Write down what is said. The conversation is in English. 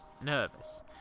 nervous